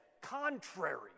contrary